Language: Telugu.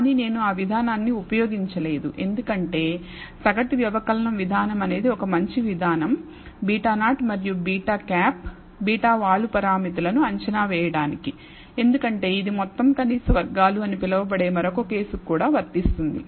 కానీ నేను ఆ విధానాన్ని ఉపయోగించలేదు ఎందుకంటే సగటు వ్యవకలనం విధానం అనేది ఒక మంచి విధానం β0 మరియు β̂ β వాలు పారామితులను అంచనా వేయడానికి ఎందుకంటే ఇది మొత్తం కనీసం వర్గాలు అని పిలువబడే మరొక కేసుకు కూడా వర్తిస్తుంది